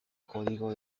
código